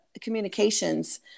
communications